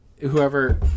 whoever